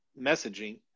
messaging